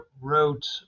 wrote